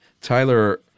Tyler